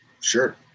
sure